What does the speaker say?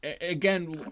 again